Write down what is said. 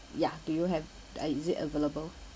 ya do you have uh is it available